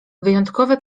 wyjątkowe